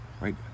right